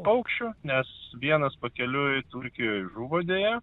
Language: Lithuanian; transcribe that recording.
paukščių nes vienas pakeliui turkijoj žuvo deja